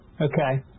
okay